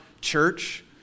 church